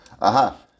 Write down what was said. Aha